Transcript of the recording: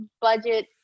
budget